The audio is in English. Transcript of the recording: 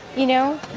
you know,